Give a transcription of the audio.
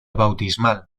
bautismal